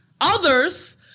Others